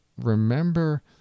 remember